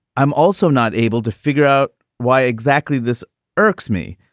i'm also not able to figure out why exactly this irks me,